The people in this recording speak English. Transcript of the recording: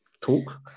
talk